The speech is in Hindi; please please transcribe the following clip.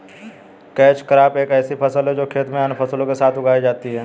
कैच क्रॉप एक ऐसी फसल है जो खेत में अन्य फसलों के साथ उगाई जाती है